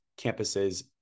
campuses